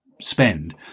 spend